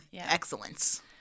excellence